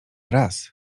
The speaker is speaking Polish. raz